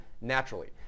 naturally